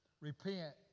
Repent